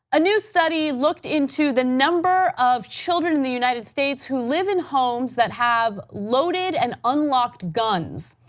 a new study looked into the number of children in the united states who live in homes that have loaded and unlocked guns,